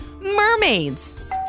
Mermaids